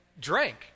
drink